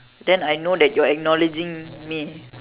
then I know that you are acknowledging me